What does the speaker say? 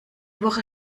woche